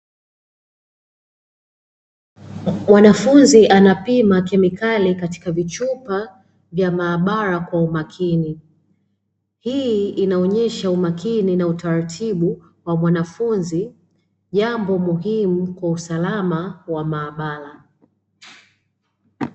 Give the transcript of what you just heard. Mwanafunzi anapima kemikali katika vichupa vya maabara kwa umakini. Hii inaonyesha umakini na utaratibu wa mwanafunzi, jambo muhimu kwa usalama wa maabara.